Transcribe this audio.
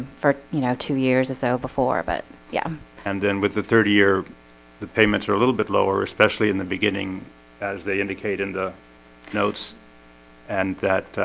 for you know two years or so before but yeah and then with the third year the payments are a little bit lower, especially in the beginning as they indicate in the notes and that